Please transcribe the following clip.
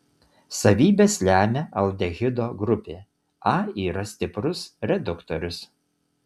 savybes lemia aldehido grupė a yra stiprus reduktorius